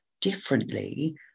differently